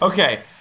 Okay